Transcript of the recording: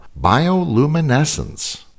bioluminescence